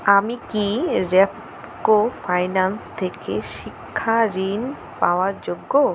আমি কি রেপকো ফাইনান্স থেকে শিক্ষা ঋণ পাওয়ার যোগ্য